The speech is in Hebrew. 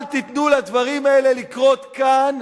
אל תיתנו לדברים האלה לקרות כאן,